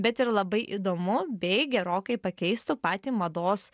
bet ir labai įdomu bei gerokai pakeistų patį mados